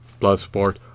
Bloodsport